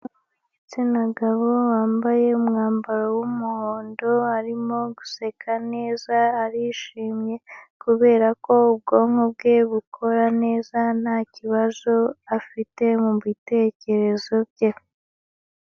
Igitsina gabo wambaye umwambaro w'umuhondo, arimo guseka neza arishimye kubera ko ubwonko bwe bukora neza nta kibazo afite mu bitekerezo bye.